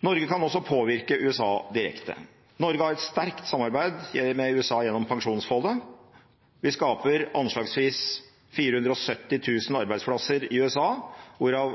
Norge kan også påvirke USA direkte. Norge har et sterkt samarbeid med USA gjennom pensjonsfondet. Vi skaper anslagsvis 470 000 arbeidsplasser i USA, hvorav